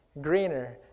greener